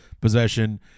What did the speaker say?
possession